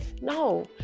No